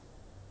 (uh huh)